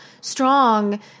strong